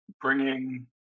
bringing